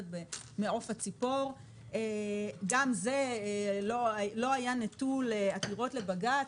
גם זה לא היה נטול עתירות לבג"ץ.